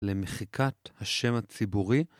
למחיקת השם הציבורי